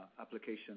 application